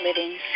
living